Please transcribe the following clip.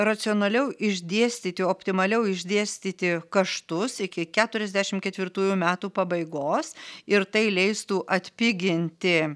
racionaliau išdėstyti optimaliau išdėstyti kaštus iki keturiasdešim ketvirtųjų metų pabaigos ir tai leistų atpiginti